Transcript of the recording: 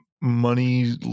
money